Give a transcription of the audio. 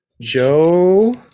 Joe